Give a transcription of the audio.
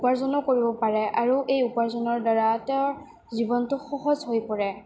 উপাৰ্জনো কৰিব পাৰে আৰু এই উপাৰ্জনৰ দ্বাৰা তেওঁৰ জীৱনটো সহজ হৈ পৰে